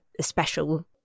special